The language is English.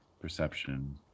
Perception